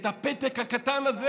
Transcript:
את הפתק הקטן הזה,